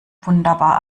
wunderbar